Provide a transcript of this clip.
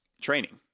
training